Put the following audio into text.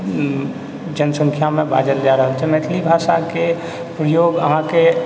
जनसंख्यामे बाजल जा रहल छै मैथिली भाषाके प्रयोग अहाँके